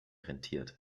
rentiert